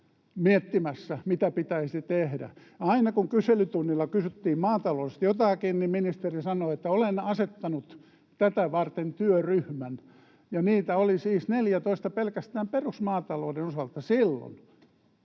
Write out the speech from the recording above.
miettimässä, mitä pitäisi tehdä. Ja aina kun kyselytunnilla kysyttiin maataloudesta jotakin, niin ministeri sanoi, että olen asettanut tätä varten työryhmän. Ja niitä oli siis neljätoista pelkästään perusmaatalouden osalta silloin,